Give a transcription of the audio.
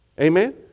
Amen